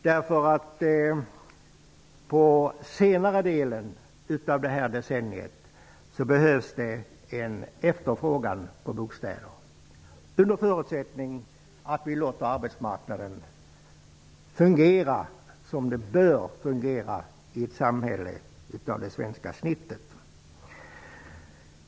Under senare delen av det här decenniet kommer det nämligen att behövas en efterfrågan på bostäder, under förutsättning att vi låter arbetsmarknaden fungera som den bör fungera i ett samhälle av det svenska snittet.